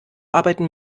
arbeiten